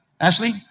Ashley